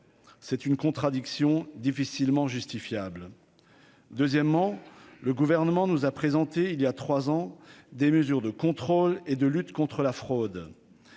c'est une contradiction difficilement justifiables, deuxièmement, le gouvernement nous a présenté il y a 3 ans, des mesures de contrôle et de lutte contre la fraude,